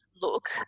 look